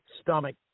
stomach